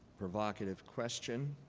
provocative question.